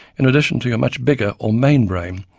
in addition to your much bigger or main brain,